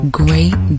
great